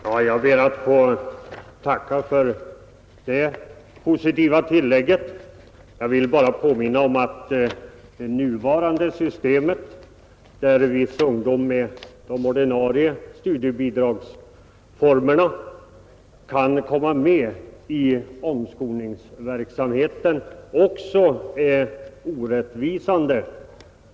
Herr talman! Jag ber att få tacka för det positiva tillägget och vill bara påminna om att det nuvarande systemet, enligt vilket viss ungdom med de ordinarie studiebidragsformerna kan komma med i omskolningsverksamheten, också är orättvist.